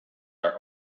are